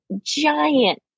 giant